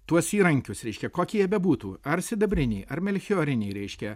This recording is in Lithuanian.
tuos įrankius reiškia kokie bebūtų ar sidabriniai ar melchioriniai reiškia